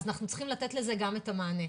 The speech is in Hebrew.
אז אנחנו צריכים לתת לזה גם את המענה.